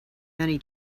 many